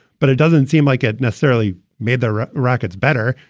but it doesn't seem like it necessarily made their rockets better.